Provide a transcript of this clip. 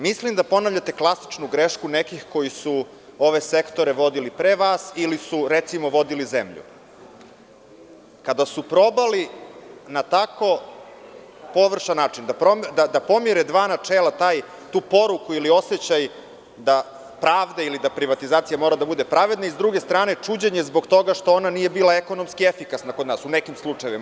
Mislim da ponavljate klasičnu grešku nekih koji su ove sektore vodili pre vas ili su recimo vodili zemlju kada su probali na tako površan način da pomire dva načela, tu poruku ili osećaj da pravda ili da privatizacija mora da bude pravedna i, sa druge strane, čuđenje zbog toga što ona nije bila ekonomski efikasna kod nas, u nekim slučajevima.